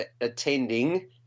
attending